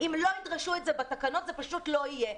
אם לא ידרשו את זה בתקנות זה פשוט לא יהיה.